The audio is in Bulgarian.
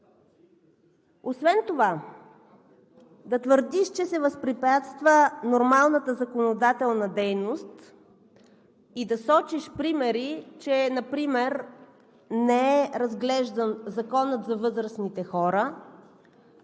Освен това да твърдиш, че се възпрепятства нормалната законодателна дейност и да сочиш примери, че не е разглеждан Законът за възрастните хора,